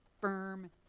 firm